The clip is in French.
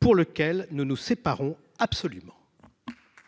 pour lequel nous nous séparons absolument.